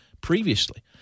previously